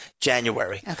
January